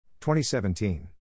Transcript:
2017